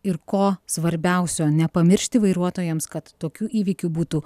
ir ko svarbiausio nepamiršti vairuotojams kad tokių įvykių būtų